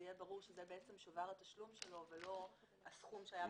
שיהיה ברור שזה בעצם שובר התשלום שלו ולא הסכום שהיה.